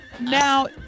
now